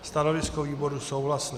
Stanovisko výboru souhlasné.